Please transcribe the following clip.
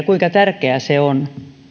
kuinka tärkeää se on